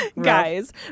Guys